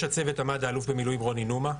בראש הצוות עמד האלוף במילואים רוני נומה.